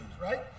right